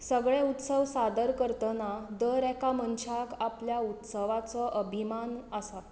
सगळे उत्सव सादर करतना दर एका मनशाक आपल्या उत्सवाचो अभिमान आसा